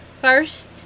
first